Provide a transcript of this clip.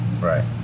Right